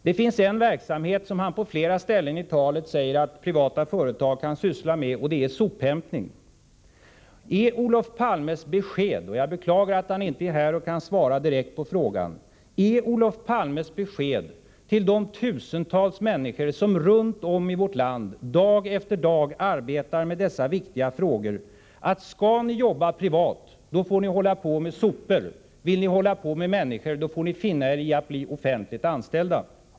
Det finns en verksamhet som Olof Palme, på flera ställen i talet, säger att privata företag kan syssla med. Det är sophämtning. Är Olof Palmes besked — jag beklagar att han inte är här och kan svara direkt på frågan — till de tusentals människor som runt om i vårt land dag efter dag arbetar med de viktiga frågorna inom vård, omsorger och utbildning följande? Skall ni jobba privat, får ni hålla på med sopor. Vill ni hålla på med människor, får ni finna er i att bli offentligt anställda.